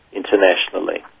internationally